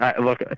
Look